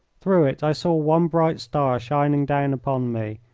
through it i saw one bright star shining down upon me,